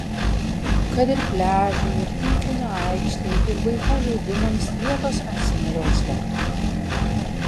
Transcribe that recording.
kad ir pliažui ir tinklinio aikštei ir vaikų žaidimams vietos ant smėlio užtektų